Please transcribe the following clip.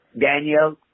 Daniel